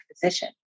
physician